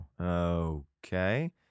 Okay